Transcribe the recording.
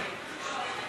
אז